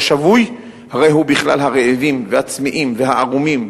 שהשבוי הרי הוא בכלל הרעבים והצמאים והערומים,